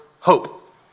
hope